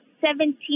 seventeen